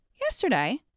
Yesterday